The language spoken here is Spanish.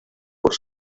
por